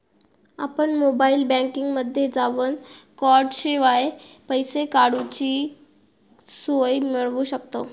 आपण मोबाईल बँकिंगमध्ये जावन कॉर्डशिवाय पैसे काडूची सोय मिळवू शकतव